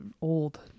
old